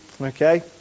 Okay